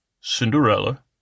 Cinderella